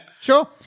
Sure